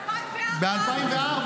ב-2004 --- ב-2004,